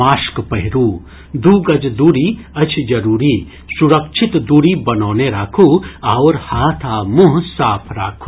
mask पहिरू दू गज दूरी अछि जरूरी सुरक्षित दूरी बनौने राखू आओर हाथ आ मुंह साफ राखू